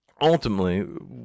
Ultimately